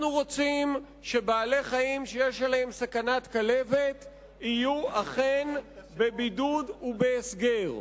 אנחנו רוצים שבעלי-חיים שיש עליהם סכנת כלבת יהיו אכן בבידוד ובהסגר.